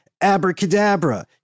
Abracadabra